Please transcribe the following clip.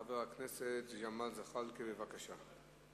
חבר הכנסת ג'מאל זחאלקה, בבקשה.